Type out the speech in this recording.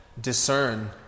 discern